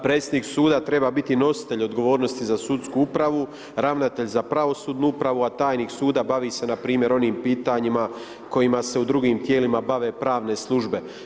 Predsjednik suda treba biti nositelj odgovornosti za sudsku upravu, ravnatelj za pravosudnu upravu, a tajnik suda bavi se na primjer onim pitanjima kojima se u drugim tijelima bave pravne službe.